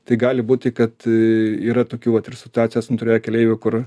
tai gali būti kad yra tokių vat ir situacijos turėjo keleivių kur